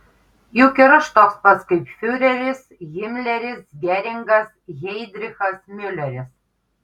juk ir aš toks pat kaip fiureris himleris geringas heidrichas miuleris